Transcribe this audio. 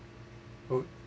oh